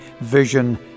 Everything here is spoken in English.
vision